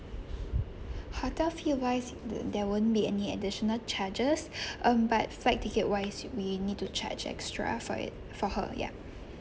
hotel fee wise the~ there won't be any additional charges um but flight ticket wise we need to charge extra for it for her ya